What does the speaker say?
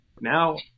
now